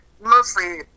mostly